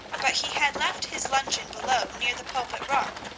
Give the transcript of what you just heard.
but he had left his luncheon below near the pulpit-rock,